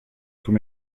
tous